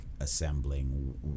assembling